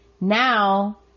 now